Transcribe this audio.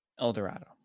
Eldorado